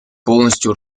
полностью